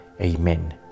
Amen